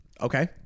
Okay